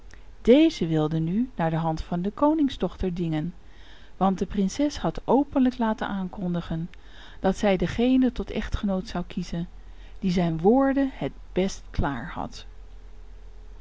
dezen wilden nu naar de hand van de koningsdochter dingen want de prinses had openlijk laten aankondigen dat zij dengene tot echtgenoot zou kiezen die zijn woorden het best klaar had